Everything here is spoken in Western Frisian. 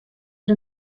der